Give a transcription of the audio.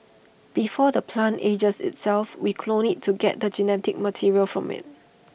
before the plant ages itself we clone IT to get the genetic material from IT